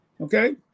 okay